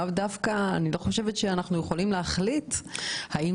אני לא חושבת שאנחנו יכולים להחליט האם